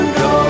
go